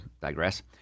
digress